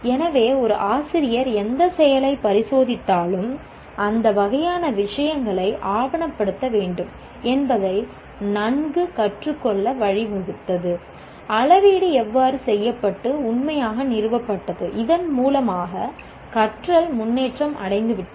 எனவே ஒரு ஆசிரியர் எந்தச் செயலைப் பரிசோதித்தாலும் அந்த வகையான விஷயங்களை ஆவணப்படுத்த வேண்டும் என்பதை நன்கு கற்றுக் கொள்ள வழிவகுத்தது அளவீடு எவ்வாறு செய்யப்பட்டு உண்மையாக நிறுவப்பட்டது இதன்மூலமாக கற்றல் முன்னேற்றம் அடைந்துவிட்டது